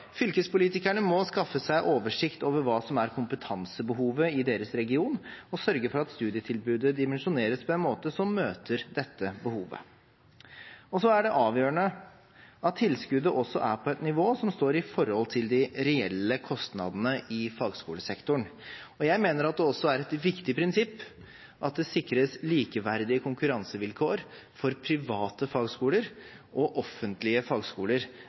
Fylkespolitikerne må skaffe seg oversikt over hva som er kompetansebehovet i deres region, og sørge for at studietilbudet dimensjoneres på en måte som møter dette behovet. Så er det avgjørende at tilskuddet også er på et nivå som står i forhold til de reelle kostnadene i fagskolesektoren. Jeg mener at det også er et viktig prinsipp at det sikres likeverdige konkurransevilkår for private fagskoler og offentlige fagskoler